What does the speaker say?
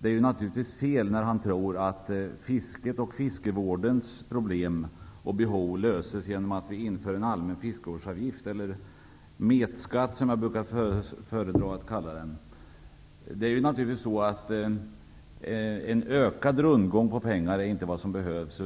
det naturligtvis är fel att tro att man kommer till rätta med fisket och fiskevårdens problem och behov genom att införa en allmän fiskevårdsavgift -- eller metskatt, som jag brukar föredra att kalla den för. En ökad rundgång av pengar är inte vad som behövs.